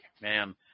man